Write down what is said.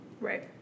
Right